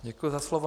Děkuji za slovo.